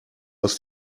aus